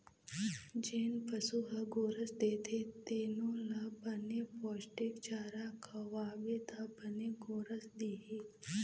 जेन पशु ह गोरस देथे तेनो ल बने पोस्टिक चारा खवाबे त बने गोरस दिही